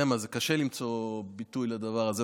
אני לא יודע איך לקרוא לביקורת הזו,